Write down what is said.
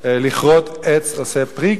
לכרות עץ עושה פרי.